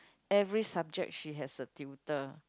every subject she has a tutor